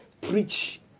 preach